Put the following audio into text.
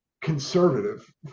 conservative